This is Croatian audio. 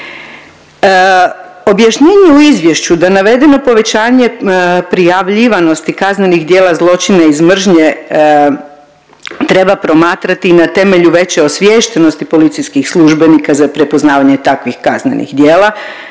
Objašnjenje u izvješću da navedeno povećanje prijavljivanosti kaznenih djela zločina iz mržnje treba promatrati na temelju veće osviještenosti policijskih službenika za prepoznavanje takvih kaznenih djela